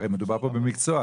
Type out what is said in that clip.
הרי מדובר פה במקצוע,